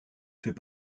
fait